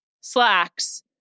slacks